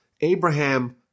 Abraham